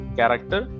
character